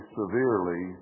severely